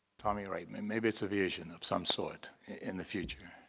tommy wright. maybe it's a vision of some sort in the future.